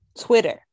twitter